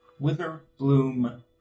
Witherbloom